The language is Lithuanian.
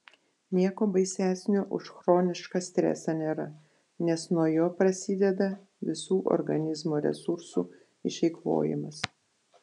nieko baisesnio už chronišką stresą nėra nes nuo jo prasideda visų organizmo resursų išeikvojimas